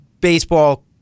baseball